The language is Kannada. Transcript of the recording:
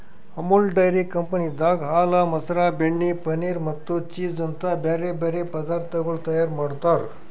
ಅಮುಲ್ ಡೈರಿ ಕಂಪನಿದಾಗ್ ಹಾಲ, ಮೊಸರ, ಬೆಣ್ಣೆ, ಪನೀರ್ ಮತ್ತ ಚೀಸ್ ಅಂತ್ ಬ್ಯಾರೆ ಬ್ಯಾರೆ ಪದಾರ್ಥಗೊಳ್ ತೈಯಾರ್ ಮಾಡ್ತಾರ್